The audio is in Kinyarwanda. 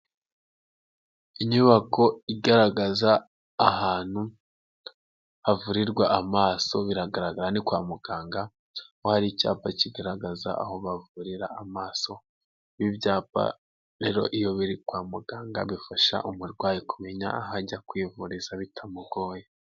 Inyubako igaragaza ahantu havurirwa amaso. Biragaragara ni kwa muganga, kuko hari icyapa kigaragaza aho bavurira amaso, ibi byapa rero iyo biri kwa muganga bifasha umurwayi kumenya aho ajya kwivuriza bitamugoye.